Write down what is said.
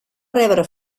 rebre